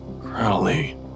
Crowley